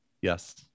yes